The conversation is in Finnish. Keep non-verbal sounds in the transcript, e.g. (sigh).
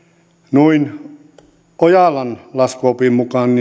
noin ojalan laskuopin mukaan (unintelligible)